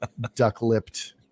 duck-lipped